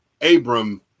Abram